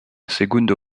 segundo